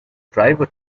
driver